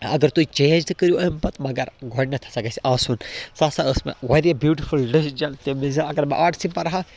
اگر تُہۍ چینٛج تہِ کٔرِو اَمہِ پَتہٕ مگر گۄڈٕنٮ۪تھ ہَسا گژھِ آسُن سُہ ہَسا ٲس مےٚ واریاہ بیوٗٹِفُل ڈِیٚسِجَن تَمہِ وِزِ اَگر بہٕ آٹسٕے پَرٕ ہا